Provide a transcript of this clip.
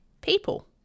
people